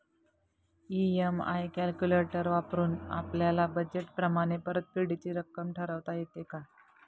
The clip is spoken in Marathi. इ.एम.आय कॅलक्युलेटर वापरून आपापल्या बजेट प्रमाणे परतफेडीची रक्कम ठरवता येते का?